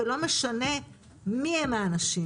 ולא משנה מי הם האנשים.